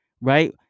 right